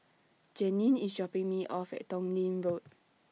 Janeen IS dropping Me off At Tong Lee Road